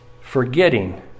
forgetting